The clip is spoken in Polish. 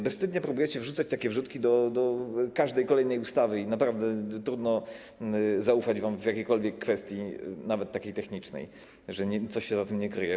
Bezwstydnie próbujecie robić wrzutki do każdej kolejnej ustawy i naprawdę trudno zaufać wam w jakiejkolwiek kwestii, nawet technicznej, że coś się za tym nie kryje.